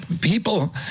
people